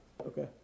Okay